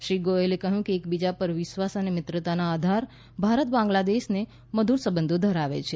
શ્રી ગોયલે કહ્યું કે એકબીજા પર વિશ્વાસ અને મિત્રતાના આધાર ભારત બાંગ્લાદેશ મધુર સંબંધો ધરાવે છે